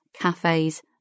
cafes